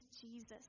Jesus